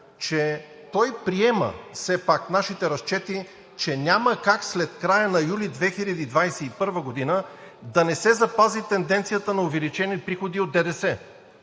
че той приема все пак нашите разчети, че няма как след края на юли 2021 г. да не се запази тенденцията на увеличени приходи от ДДС.